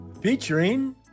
Featuring